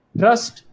trust